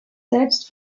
selbst